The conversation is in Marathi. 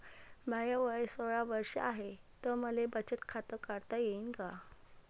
माय वय सोळा वर्ष हाय त मले बचत खात काढता येईन का?